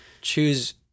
choose